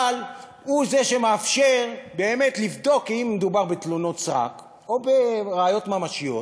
אבל הוא זה שמאפשר באמת לבדוק אם מדובר בתלונות סרק או בראיות ממשיות.